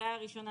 בקריאה הראשונה